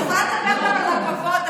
אני יכולה לדבר פה על רכבות.